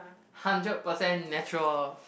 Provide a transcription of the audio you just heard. hundred percent natural